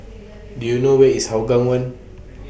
Do YOU know Where IS Hougang one